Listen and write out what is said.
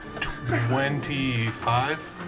Twenty-five